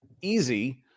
easy